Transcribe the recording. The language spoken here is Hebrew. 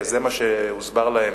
וזה מה שהוסבר להם,